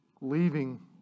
leaving